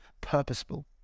purposeful